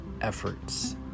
efforts